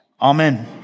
Amen